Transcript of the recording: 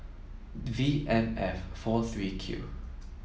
V M F four three Q